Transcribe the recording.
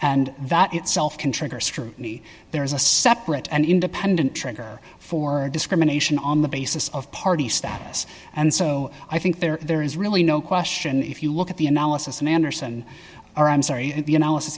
and that itself can trigger scrutiny there is a separate and independent trigger for discrimination on the basis of party status and so i think there is really no question if you look at the analysis and anderson our i'm sorry the analysis